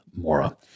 Mora